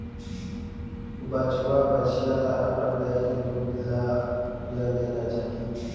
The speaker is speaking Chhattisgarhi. बछवा, बछिया ल अपन दाई के दूद ल पियन देना चाही